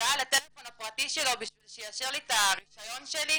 הודעה לטלפון הפרטי שלו בשביל שיאשר לי את הרישיון שלי.